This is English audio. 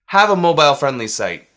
have a mobile friendly site.